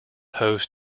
host